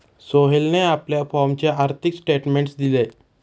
सोहेलने आपल्या फॉर्मचे आर्थिक स्टेटमेंट दिले